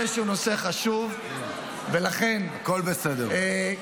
נושא חשוב -- הכול בסדר.